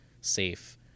safe